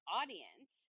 audience